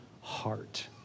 heart